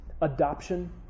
Adoption